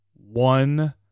one